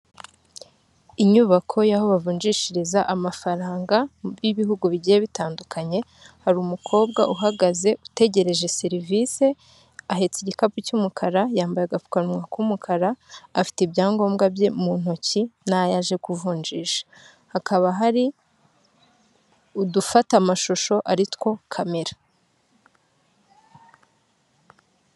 Inyubako y'aho bavunjishiriza amafaranga y'ibihugu bigiye bitandukanye, hari umukobwa uhagaze utegereje serivisi, ahetse igikapu cy'umukara, yambaye agapfukanwa k'umukara, afite ibyangombwa bye mu ntoki nayo aje kuvunjisha, hakaba hari udufatamashusho ari two kamera.